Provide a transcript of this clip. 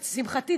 לשמחתי,